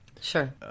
Sure